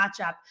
matchup